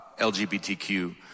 LGBTQ